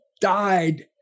died